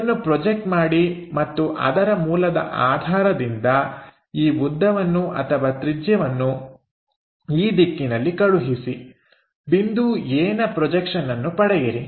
ಅದನ್ನು ಪ್ರೊಜೆಕ್ಟ್ ಮಾಡಿ ಮತ್ತು ಅದರ ಮೂಲದ ಆಧಾರದಿಂದ ಈ ಉದ್ದವನ್ನು ಅಥವಾ ತ್ರಿಜ್ಯವನ್ನು ಈ ದಿಕ್ಕಿನಲ್ಲಿ ಕಳುಹಿಸಿ ಬಿಂದು A ನ ಪ್ರೊಜೆಕ್ಷನ್ಅನ್ನು ಪಡೆಯಿರಿ